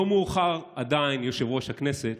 עדיין לא מאוחר, יושב-ראש הכנסת,